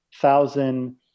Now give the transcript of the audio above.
thousand